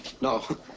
No